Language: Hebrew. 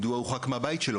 מדוע הוא הורחק מהבית שלו?